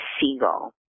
seagull